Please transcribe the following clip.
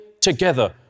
together